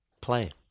Play